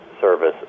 service